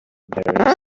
there